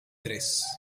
tres